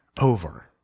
over